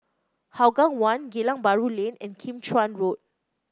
Hougang One Geylang Bahru Lane and Kim Chuan Road